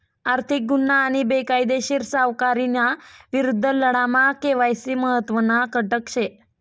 आर्थिक गुन्हा आणि बेकायदेशीर सावकारीना विरुद्ध लढामा के.वाय.सी महत्त्वना घटक शे